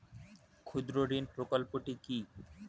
ক্ষুদ্রঋণ প্রকল্পটি কি?